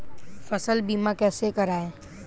फसल बीमा कैसे कराएँ?